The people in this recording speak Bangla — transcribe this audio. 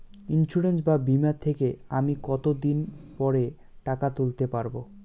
ইন্সুরেন্স বা বিমা থেকে আমি কত দিন পরে টাকা তুলতে পারব?